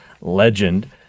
legend